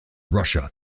russia